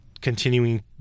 continuing